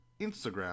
Instagram